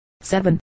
seven